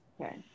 Okay